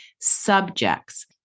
subjects